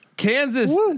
Kansas